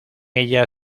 ella